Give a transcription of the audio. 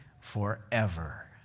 forever